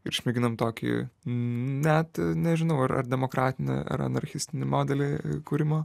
ir išmėginom tokį net nežinau ar demokratinį ar anarchistinį modelį kūrimo